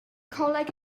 coleg